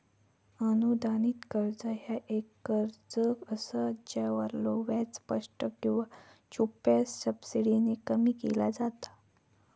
अनुदानित कर्ज ह्या एक कर्ज असा ज्यावरलो व्याज स्पष्ट किंवा छुप्या सबसिडीने कमी केला जाता